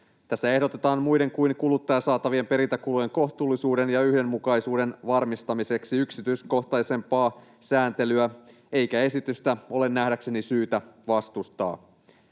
Tässä ehdotetaan muiden kuin kuluttajasaatavien perintäkulujen kohtuullisuuden ja yhdenmukaisuuden varmistamiseksi yksityiskohtaisempaa sääntelyä, eikä esitystä ole nähdäkseni syytä vastustaa.